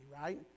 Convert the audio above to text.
right